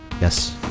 yes